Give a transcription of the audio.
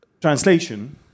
Translation